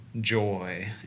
joy